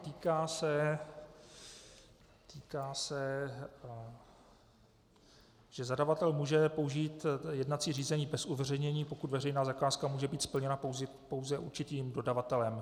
Týká se toho, že zadavatel může použít jednací řízení bez uveřejnění, pokud veřejná zakázka může být splněna pouze určitým dodavatelem.